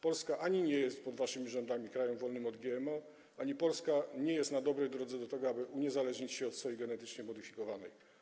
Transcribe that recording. Polska ani nie jest pod waszymi rządami krajem wolnym od GMO, ani nie jest na dobrej drodze od tego, aby uniezależnić się od soi genetycznie zmodyfikowanej.